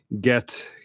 get